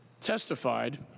testified